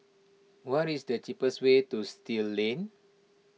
what is the cheapest way to Still Lane